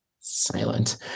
silent